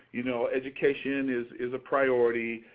you know, education is is a priority.